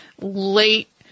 late